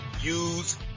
use